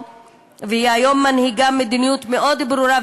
והיא מנהיגה היום מדיניות מאוד ברורה,